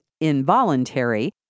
involuntary